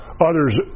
others